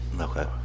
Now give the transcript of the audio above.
Okay